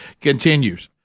continues